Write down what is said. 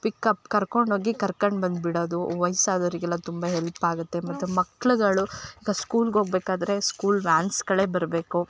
ಪಿಕ್ up ಕರ್ಕೊಂಡು ಹೋಗಿ ಕರ್ಕಂಡು ಬಂದು ಬಿಡೊದು ವಯಸ್ಸಾದೋರ್ಗೆಲ್ಲಾ ತುಂಬ ಹೆಲ್ಪ್ ಆಗುತ್ತೆ ಮತ್ತು ಮಕ್ಳುಗಳು ಈಗ ಸ್ಕೂಲ್ಗೆ ಹೋಗ್ಬೇಕಾದ್ರೆ ಸ್ಕೂಲ್ ವ್ಯಾನ್ಸ್ಗಳೆ ಬರಬೇಕು